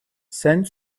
sent